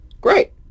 great